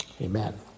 Amen